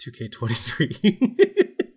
2k23